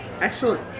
excellent